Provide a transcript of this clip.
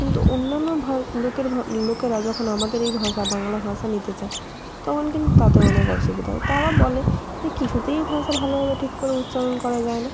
কিন্তু অন্যান্য লোকের লোকেরা যখন আমাদের এই ভাষা বাংলা ভাষা নিতে চায় তখন কিন্তু তাদের অনেক অসুবিধা হয় তারা বলে যে কিছুতেই ভাষা ভালোভাবে ঠিক করে উচ্চারণ করা যায় না